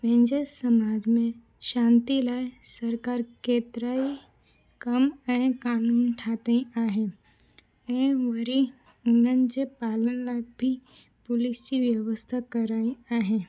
पंहिंजे समाज में शांती लाइ सरकार केतिराई कम ऐं कानून ठाहिया आहिनि ऐं वरी उन्हनि जे पालण लाइ बि पुलिस जी व्यवस्था कराई आहे